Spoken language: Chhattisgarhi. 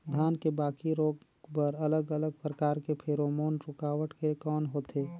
धान के बाकी रोग बर अलग अलग प्रकार के फेरोमोन रूकावट के कौन होथे?